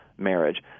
marriage